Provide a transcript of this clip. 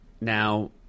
Now